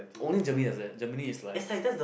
only Germany like that Germany is like